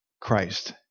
Christ